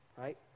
right